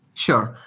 sure.